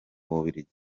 bubiligi